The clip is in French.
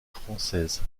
française